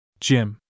Jim